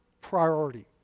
priority